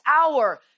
hour